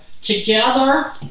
together